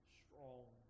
strong